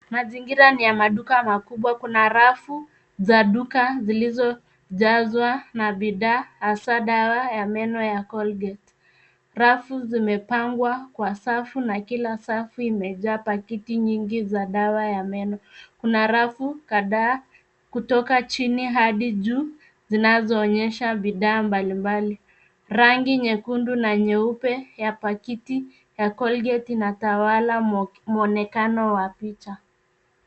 Mazingira ni ya maduka makubwa. Kuna rafu za duka zilizojazwa na bidhaa, hasaa dawa ya meno ya Colgate. Rafu zimepangwa kwa safu na kila safu imejaa pakiti nyingi za dawa ya meno. Kuna rafu kadhaa, kutoka chini hadi juu, zinazoonyesha bidhaa mbalimbali. Rangi nyekundu na nyeupe, ya pakiti ya Colgate inatawala kwa muonekano wa picha.